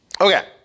Okay